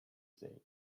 say